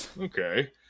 Okay